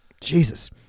Jesus